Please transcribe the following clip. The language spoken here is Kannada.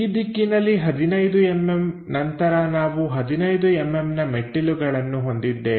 ಈ ದಿಕ್ಕಿನಲ್ಲಿ 15mm ನಂತರ ನಾವು 15mm ನ ಮೆಟ್ಟಿಲನ್ನು ಹೊಂದಿದ್ದೇವೆ